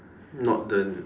not the